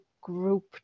group